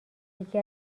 یکی